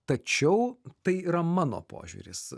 tačiau tai yra mano požiūris